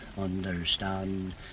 understand